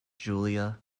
julia